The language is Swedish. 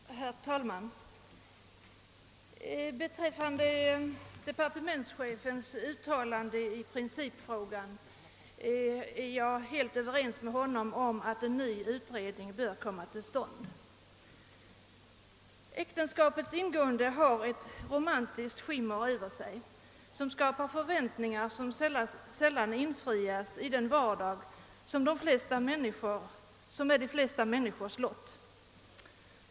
Herr talman! Beträffande departementschefens uttalande i principfrågan om en allmän översyn av äktenskapslagstiftningen är jag helt överens med honom om att en ny utredning bör tillsättas för detta ändamål. Äktenskapets ingående har ofta ett romantiskt skimmer över sig, som skapar förväntningar vilka sällan infrias i den vardag som är de flesta människors lott.